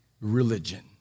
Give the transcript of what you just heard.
religion